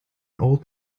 old